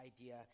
idea